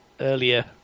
earlier